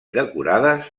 decorades